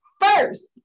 First